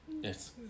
yes